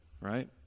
right